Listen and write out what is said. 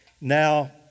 Now